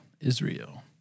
Israel